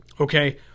Okay